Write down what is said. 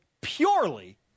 purely